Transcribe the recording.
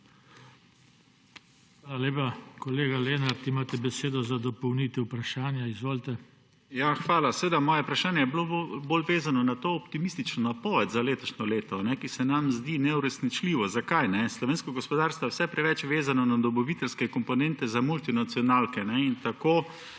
LMŠ):** Hvala. Moje vprašanje je bilo bolj vezano na to optimistično napoved za letošnje leto, ki se nam zdi neuresničljiva. Zakaj? Slovensko gospodarstvo je vse preveč vezano na dobaviteljske komponente za multinacionalke